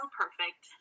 perfect